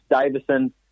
Davison